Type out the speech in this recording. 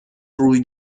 روی